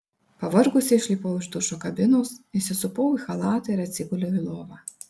pavargusi išlipau iš dušo kabinos įsisupau į chalatą ir atsiguliau į lovą